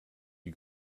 die